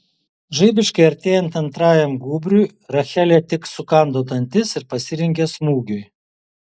žaibiškai artėjant antrajam gūbriui rachelė tik sukando dantis ir pasirengė smūgiui